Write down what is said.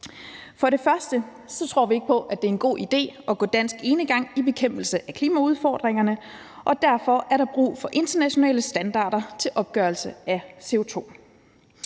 For det første tror vi ikke på, at det er en god idé at gå dansk enegang i bekæmpelsen af klimaudfordringerne, og derfor er der brug for internationale standarder i forhold til opgørelse af CO2.